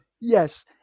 Yes